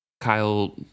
Kyle